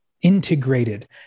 integrated